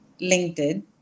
LinkedIn